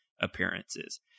appearances